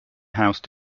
house